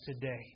today